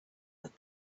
that